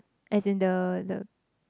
as in the the